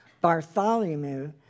Bartholomew